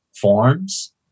forms